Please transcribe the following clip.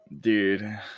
Dude